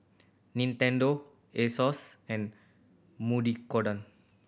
Nintendo Asos and